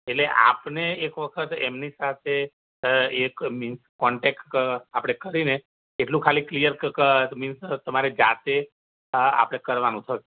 એટલે આપને એક વખત એમની સાથે એક મીન્સ કોન્ટેકટ કક આપણે કરીને એટલુ ખાલી ક્લીયર કક મીન્સ તમારે જાતે આપણે કરવાનું